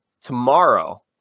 tomorrow